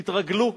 תתרגלו.